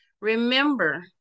Remember